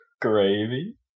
Gravy